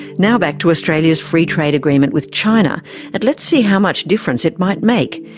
now back to australia's free trade agreement with china and let's see how much difference it might make,